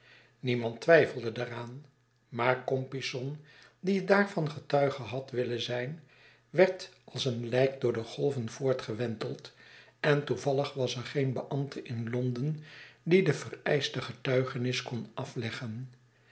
niemand twijfelde daaraan maar compeyson die daarvangetuige had willen zijn werd als een lijk door de golven voortgewenteld en toevallig was er geen beambte in l o n d e n die de vereischte getuigenis kon afteggen